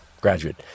graduate